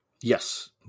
Yes